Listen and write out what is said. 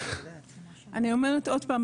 אני אומרת עוד פעם,